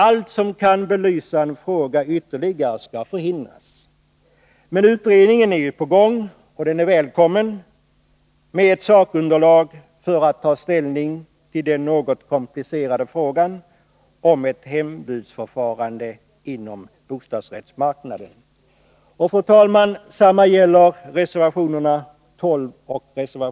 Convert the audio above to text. Allt som kan belysa en fråga ytterligare skall förhindras, men utredningen är på gång och den är välkommen med ett sakunderlag, som kan göra det möjligt att ta ställning i den något komplicerade frågan om ett hembudsförfarande inom bostadsrättsmarknaden. Fru talman! Detsamma gäller reservationerna 12 och 13.